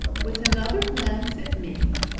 with another glance at me,